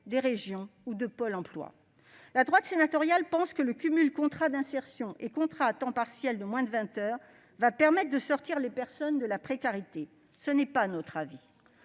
les régions ou Pôle emploi. La droite sénatoriale pense que le cumul des contrats d'insertion et des contrats à temps partiel de moins de 20 heures va permettre de sortir les personnes de la précarité. Ce n'est pas notre avis.